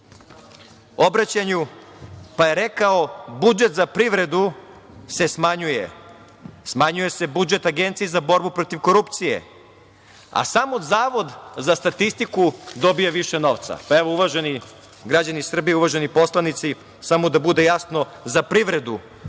obraćanju, da se budžet za privredu smanjuje. Smanjuje se budžet Agenciji za borbu protiv korupcije, a samo Zavod za statistiku dobija više novca. Uvaženi građani Srbije, uvaženi poslanici, samo da bude jasno, za privredu